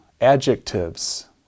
adjectives